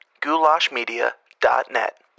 Goulashmedia.net